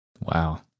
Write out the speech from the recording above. Wow